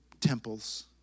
temples